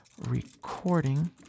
recording